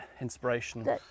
inspiration